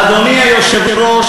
אדוני היושב-ראש,